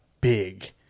big